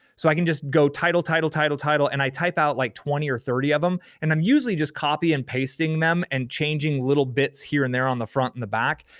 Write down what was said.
so i can just go title, title, title, title, title, and i type out like twenty or thirty of them and i'm usually just copy and pasting them and changing little bits here and there on the front and the back.